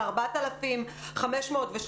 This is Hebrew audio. על 4,513,